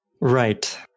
Right